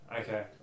Okay